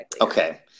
okay